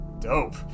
Dope